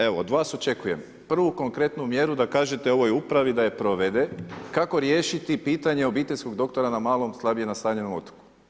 Evo od vas očekujem prvu konkretnu mjeru da kažete ovoj upravi da je provede kako riješiti pitanje obiteljskog doktora na malom, slabije nastanjenom otoku?